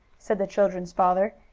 said the children's father,